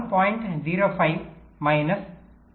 05 minus 0